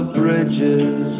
bridges